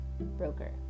broker